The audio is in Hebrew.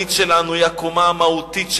הרוחנית שלנו, היא הקומה המהותית שלנו.